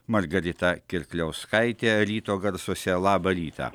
margarita kirkliauskaitė ryto garsuose labą rytą